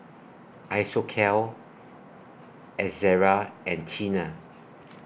Isocal Ezerra and Tena